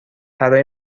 برای